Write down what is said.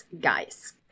guys